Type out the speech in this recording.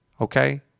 Okay